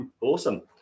Awesome